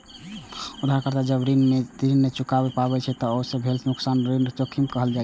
उधारकर्ता जब ऋण नै चुका पाबै छै, ते ओइ सं भेल नुकसान कें ऋण जोखिम कहल जाइ छै